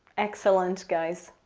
excellent guys.